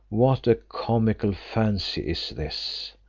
what a comical fancy is this!